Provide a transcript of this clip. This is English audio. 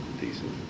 decent